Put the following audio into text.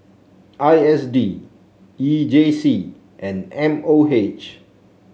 I S D E J C and M O H